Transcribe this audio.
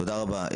תודה רבה.